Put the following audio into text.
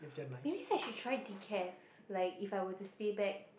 maybe I should try decaf like if I were to stay back